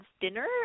dinner